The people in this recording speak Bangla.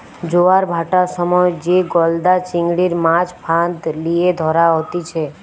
জোয়ার ভাঁটার সময় যে গলদা চিংড়ির, মাছ ফাঁদ লিয়ে ধরা হতিছে